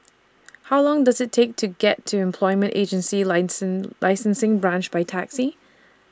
How Long Does IT Take to get to Employment Agency License Licensing Branch By Taxi